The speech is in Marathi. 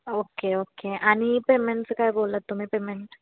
ओके ओके आणि पेमेंटचं काय बोललात तुम्ही पेमेंट